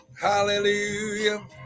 Hallelujah